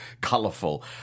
colourful